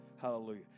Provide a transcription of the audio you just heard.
Hallelujah